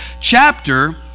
chapter